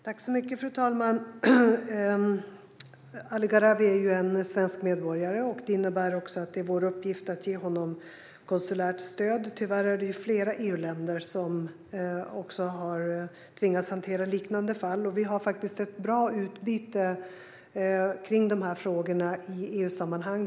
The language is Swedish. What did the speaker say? Fru talman! Ali Gharavi är ju svensk medborgare. Det innebär att det är vår uppgift att ge honom konsulärt stöd. Tyvärr är det flera EU-länder som har tvingats att hantera liknande fall. Vi har ett bra utbyte i de här frågorna i EU-sammanhang.